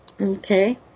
Okay